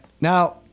Now